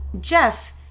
Jeff